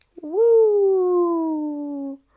Woo